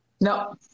no